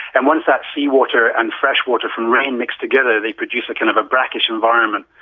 and once that seawater and fresh water from rain mix together, they produce a kind of a brackish environment,